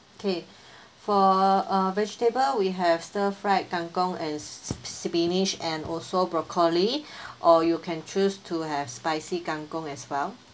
okay for uh vegetable we have stir-fried kangkong and s~ spinach and also broccoli or you can choose to have spicy kangkong as well